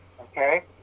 okay